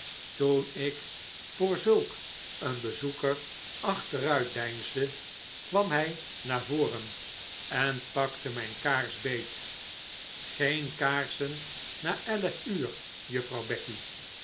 toen ik voor zulk een bezoeker achteruit deinsde kwam hij naar voren en pakte mijn kaars beet geen kaarsen na elf uur juffrouw becky